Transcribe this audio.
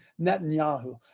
Netanyahu